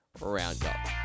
roundup